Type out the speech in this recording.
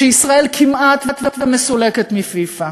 כשישראל כמעט ומסולקת מפיפ"א,